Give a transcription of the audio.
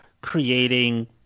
creating